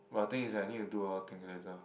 but the thing is that I need to do a lot of thing later